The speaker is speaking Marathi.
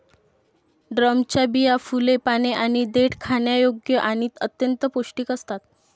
ड्रमच्या बिया, फुले, पाने आणि देठ खाण्यायोग्य आणि अत्यंत पौष्टिक असतात